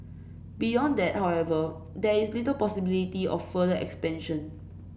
beyond that however there is little possibility of further expansion